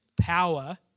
power